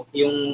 yung